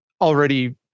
already